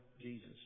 Jesus